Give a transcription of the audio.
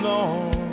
Lord